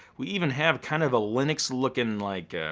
we even have kind of a linux lookin' like,